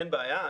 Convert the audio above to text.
אין בעיה.